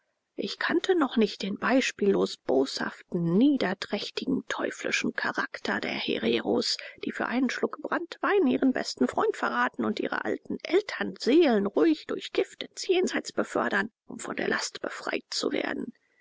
ich kannte noch nicht den beispiellos boshaften niederträchtigen teuflischen charakter der hereros die für einen schluck branntwein ihren besten freund verraten und ihre alten eltern seelenruhig durch gift ins jenseits befördern um von der last befreit zu werden